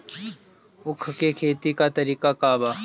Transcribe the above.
उख के खेती का तरीका का बा?